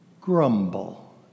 grumble